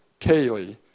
Kaylee